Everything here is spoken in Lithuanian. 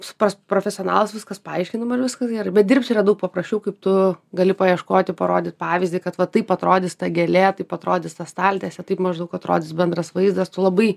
suprask profesionalas viskas paaiškinama viskas geri bet dirbsiu yra daug paprasčiau kaip tu gali paieškoti parodyt pavyzdį kad va taip atrodys ta gėlė taip atrodys ta staltiesė taip maždaug atrodys bendras vaizdas tu labai